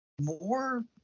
more